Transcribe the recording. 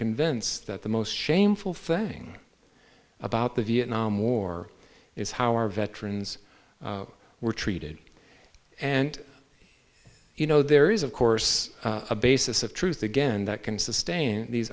convinced that the most shameful thing about the vietnam war is how our veterans were treated and you know there is of course a basis of truth again that can sustain these